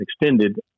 extended